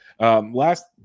last